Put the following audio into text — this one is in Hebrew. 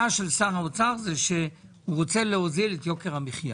שר האוצר רוצה להוזיל את יוקר המחייה,